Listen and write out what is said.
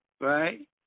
right